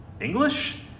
English